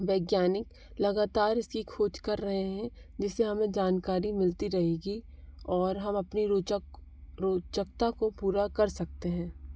वैज्ञानिक लगातार इसकी खोज कर रहे हैं जिससे हमें जानकारी मिलती रहेगी और हम अपनी रोचक रोचकता को पूरा कर सकते हैं